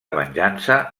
venjança